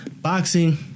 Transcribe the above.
Boxing